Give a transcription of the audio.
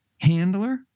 handler